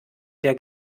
der